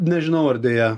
nežinau ar deja